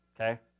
Okay